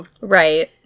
Right